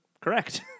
Correct